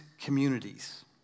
Communities